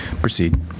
Proceed